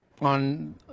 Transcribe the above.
on